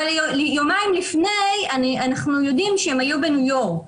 יומיים לפני אנחנו יודעים שהם היו בניו יורק